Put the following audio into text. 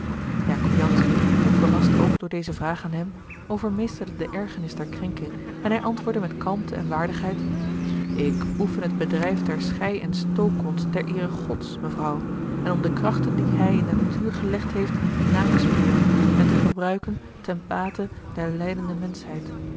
jacob jansz hoe verrast ook door deze vraag aan hem overmeesterde de ergernis der krenking en hij antwoordde met kalmte en waardigheid ik oefen het bedrijf der schei en stookkonst ter eere gods mevrouw en om de krachten die hij in de natuur gelegd heeft na te speuren en te gebruiken ten bate der lijdende menschheid